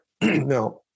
now